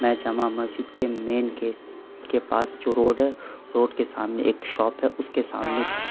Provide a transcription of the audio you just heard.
میں جامع مسجد کے main gate کے پاس جو روڈ ہے روڈ کے سامنے ایک شاپ ہے اس کے سامنے کھڑا ہوں